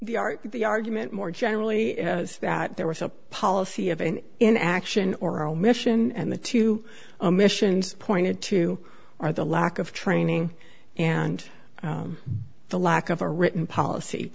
argument the argument more generally is that there was a policy of and in action or omission and the two missions pointed to are the lack of training and the lack of a written policy